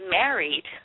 married